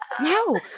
No